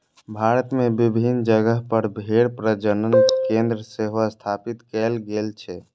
भारत मे विभिन्न जगह पर भेड़ प्रजनन केंद्र सेहो स्थापित कैल गेल छै